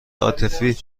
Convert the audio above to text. عاطفی